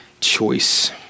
choice